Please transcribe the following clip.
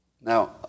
now